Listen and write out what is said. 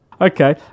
okay